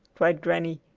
cried granny.